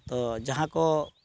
ᱛᱚ ᱡᱟᱦᱟᱸ ᱠᱚ